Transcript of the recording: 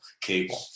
cable